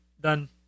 Done